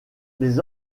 les